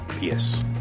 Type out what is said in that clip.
Yes